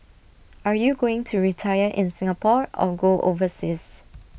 are you going to retire in Singapore or go overseas